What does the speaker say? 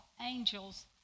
angels